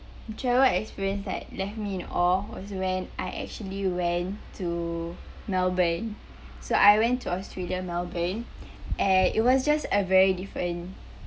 travel experience that left me in awe was when I actually went to melbourne so I went to australia melbourne and it was just a very different